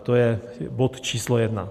To je bod číslo jedna.